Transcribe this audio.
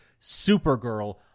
Supergirl